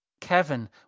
Kevin